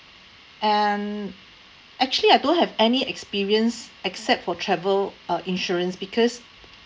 and actually I don't have any experience except for travel uh insurance because